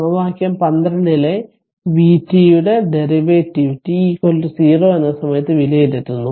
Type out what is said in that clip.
സമവാക്യം 12 ലെ vt യുടെ ഡെറിവേറ്റീവ് T 0 എന്ന സമയത്തു വിലയിരുത്തുന്നു